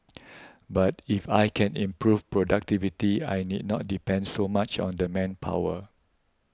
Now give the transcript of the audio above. but if I can improve productivity I need not depend so much on the manpower